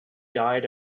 died